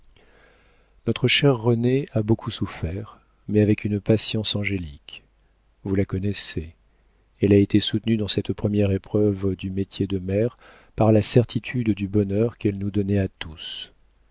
notre chère renée a beaucoup souffert mais avec une patience angélique vous la connaissez elle a été soutenue dans cette première épreuve du métier de mère par la certitude du bonheur qu'elle nous donnait à tous